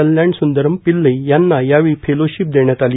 कल्याणसंदरम पिल्लई यांना फेलोशिप देण्यात आली